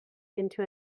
into